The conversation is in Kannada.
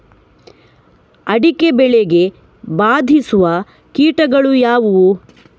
ಅಡಿಕೆ ಬೆಳೆಗೆ ಬಾಧಿಸುವ ಕೀಟಗಳು ಯಾವುವು?